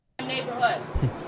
neighborhood